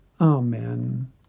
Amen